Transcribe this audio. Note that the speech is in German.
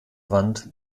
wand